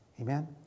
Amen